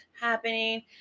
happening